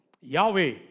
Yahweh